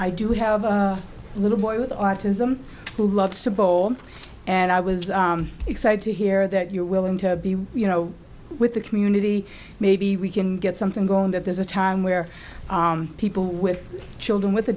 i do have a little boy with autism who loves to bowl and i was excited to hear that you're willing to be you know with a community maybe we can get something going that there's a time where people with children with a